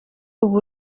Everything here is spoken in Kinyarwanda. ubu